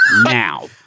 now